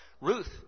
Ruth